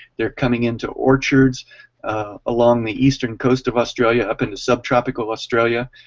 they're coming into orchards along the eastern coast of australia up in the sub tropical australia.